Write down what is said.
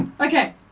Okay